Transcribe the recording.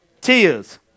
Tears